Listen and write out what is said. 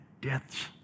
death's